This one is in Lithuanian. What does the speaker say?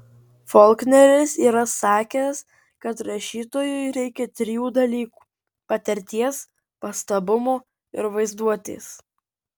folkneris yra sakęs kad rašytojui reikia trijų dalykų patirties pastabumo ir vaizduotės